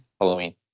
Halloween